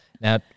Now